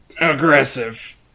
aggressive